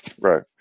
right